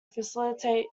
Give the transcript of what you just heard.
facilitate